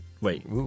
Wait